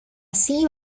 así